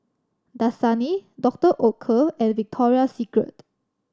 Dasani Doctor Oetker and Victoria Secret